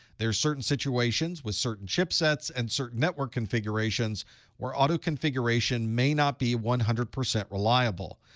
there are certain situations with certain chipsets and certain network configurations where auto-configuration may not be one hundred percent reliable.